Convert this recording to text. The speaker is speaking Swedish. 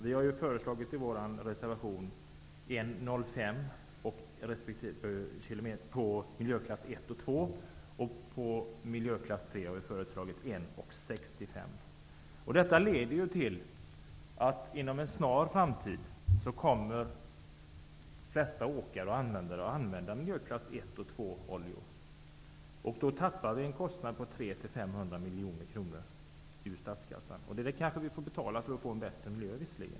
Vi har i vår reservation föreslagit att skatten skall utgå med Inom en snar framtid kommer de flesta åkare att använda oljor i miljöklasserna 1 och 2. Då tappar vi en intäkt till statskassan på 300--500 miljoner kronor. Det kanske vi får betala för att få en bättre miljö.